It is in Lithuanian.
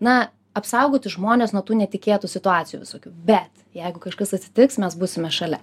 na apsaugoti žmones nuo tų netikėtų situacijų visokių bet jeigu kažkas atsitiks mes būsime šalia